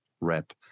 rep